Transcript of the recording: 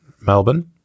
Melbourne